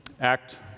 Act